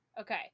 Okay